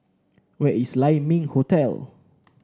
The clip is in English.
where is Lai Ming Hotel